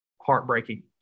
heartbreaking